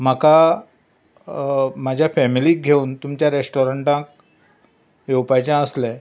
म्हाका म्हज्या फॅमिलीक घेवन तुमच्या रेस्टोरंटार येवपाचें आसलें